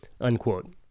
unquote